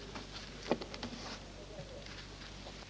Onsdagen den